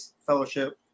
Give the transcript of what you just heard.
fellowship